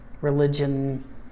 religion